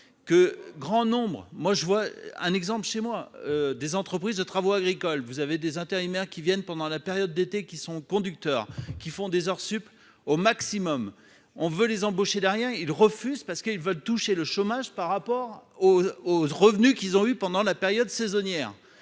que grand nombre, moi je vois un exemple chez moi des entreprises de travaux agricoles, vous avez des intérimaire qui viennent pendant la période d'été qui sont conducteurs qui font des heures sup au maximum, on veut les embaucher derrière, ils refusent parce qu'ils veulent toucher le chômage par rapport aux aux revenus qu'ils ont eue pendant la période saisonnière,